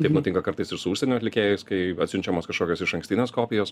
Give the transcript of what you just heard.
taip nutinka kartais ir su užsienio atlikėjais kai atsiunčiamos kažkokios išankstinės kopijos